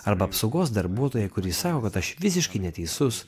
arba apsaugos darbuotoją kurį saugot aš visiškai neteisus